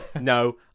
No